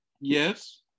Yes